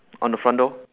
on the front door